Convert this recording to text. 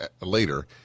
later